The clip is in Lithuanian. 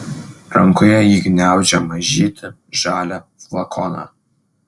rankoje ji gniaužė mažytį žalią flakoną